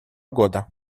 года